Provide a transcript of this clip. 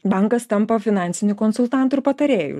bankas tampa finansiniu konsultantu ir patarėju